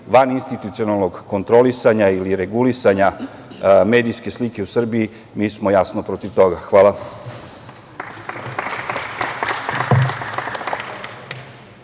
van institucionalnog kontrolisanja ili regulisanja medijske slike u Srbiji, mi smo jasno protiv toga. Hvala.